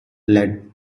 lad